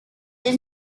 does